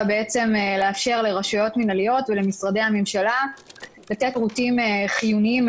קיבלנו בקשה ממזכיר הממשלה להקדמת הדיון.